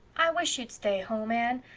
i wish you'd stay home, anne.